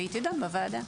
ותידון בוועדה.